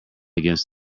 against